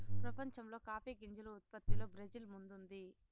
ప్రపంచంలో కాఫీ గింజల ఉత్పత్తిలో బ్రెజిల్ ముందుంది